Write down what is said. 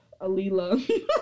Alila